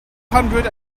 hundred